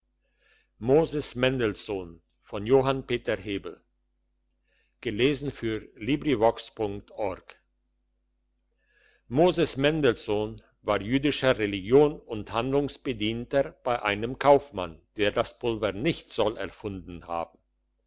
moses mendelssohn moses mendelssohn war jüdischer religion und handlungsbedienter bei einem kaufmann der das pulver nicht soll erfunden haben